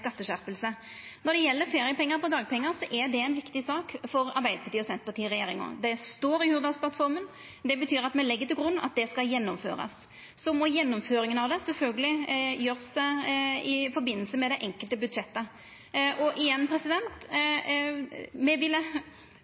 gjeld feriepengar på dagpengar, er det ei viktig sak for Arbeidarparti–Senterparti-regjeringa. Det står i Hurdalsplattforma, og det betyr at me legg til grunn at det skal gjennomførast. Så må gjennomføringa av det sjølvsagt gjerast i samband med det enkelte budsjettet. Igjen: